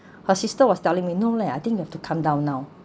her sister was telling me no leh I think you have to come down now